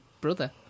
brother